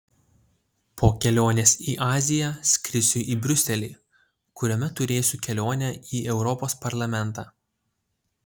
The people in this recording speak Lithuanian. po kelionės į aziją skrisiu į briuselį kuriame turėsiu kelionę į europos parlamentą